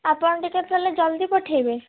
ଆପଣ ଟିକେ ତାହେଲେ ଜଲ୍ଦି ପଠେଇବେ